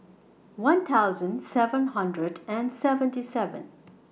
one thousand seven hundred and seventy seven